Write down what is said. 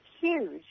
huge